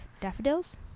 daffodils